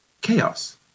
chaos